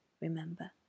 remember